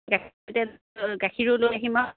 গাখীৰতো গাখীৰো লৈ আহিম আৰু